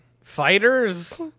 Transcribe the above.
fighters